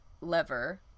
lever